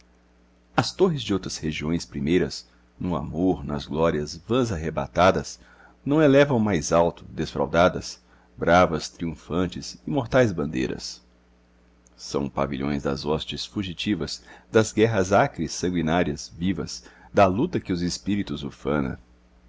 as torres de outras regiões primeiras no amor nas glórias vãs arrebatadas não elevam mais alto desfraldadas bravas triunfantes imortais bandeiras são pavilhões das hostes fugitivas das guerras acres sanguinárias vivas da luta que os espíritos ufana